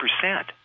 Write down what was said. percent